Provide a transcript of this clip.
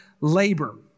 labor